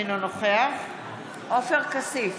אינו נוכח עופר כסיף,